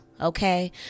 okay